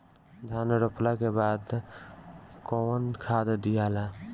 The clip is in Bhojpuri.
धान रोपला के बाद कौन खाद दियाला?